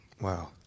Wow